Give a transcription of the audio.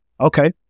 Okay